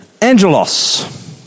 angelos